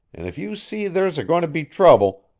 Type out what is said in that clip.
and if you see there's a-goin' to be trouble,